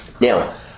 Now